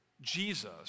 Jesus